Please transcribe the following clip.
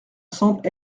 semble